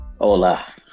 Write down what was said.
Hola